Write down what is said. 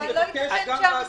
שבעצמם מעורבים,